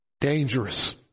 dangerous